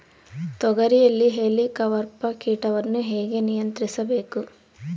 ತೋಗರಿಯಲ್ಲಿ ಹೇಲಿಕವರ್ಪ ಕೇಟವನ್ನು ಹೇಗೆ ನಿಯಂತ್ರಿಸಬೇಕು?